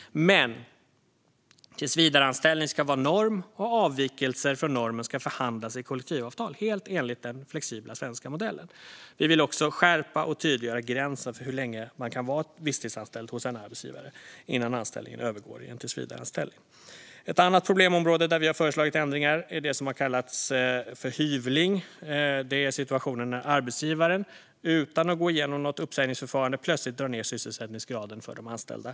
Men tillsvidareanställning ska vara norm, och avvikelser från normen ska förhandlas i kollektivavtal helt enligt den flexibla svenska modellen. Vi vill också skärpa och tydliggöra gränsen för hur länge man kan vara visstidsanställd hos en arbetsgivare innan anställningen övergår i en tillsvidareanställning. Ett annat problemområde där vi har föreslagit ändringar är det som kommit att kallas hyvling. Det är situationer där arbetsgivaren utan att gå igenom något uppsägningsförfarande plötsligt drar ned sysselsättningsgraden för de anställda.